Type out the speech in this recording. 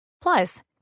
Plus